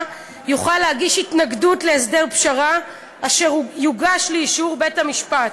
יוכל להגיש התנגדות להסדר פשרה אשר הוגש לאישור בית-המשפט.